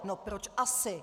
No proč asi?